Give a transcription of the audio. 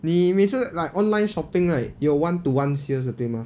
你每次 like online shopping right 有 one to one sales 的对吗